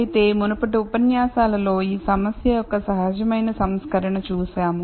అయితే మునుపటి ఉపన్యాసాలలో ఈ సమస్య యొక్క సహజమైన సంస్కరణ చూశాము